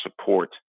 support